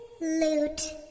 loot